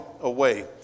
away